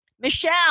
Michelle